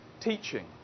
teaching